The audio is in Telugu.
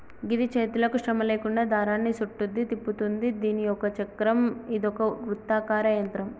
గిది చేతులకు శ్రమ లేకుండా దారాన్ని సుట్టుద్ది, తిప్పుతుంది దీని ఒక చక్రం ఇదొక వృత్తాకార యంత్రం